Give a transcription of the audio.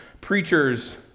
preachers